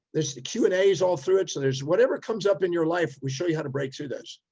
there's the q and a's all through it. so and there's, whatever comes up in your life. we show you how to break through that.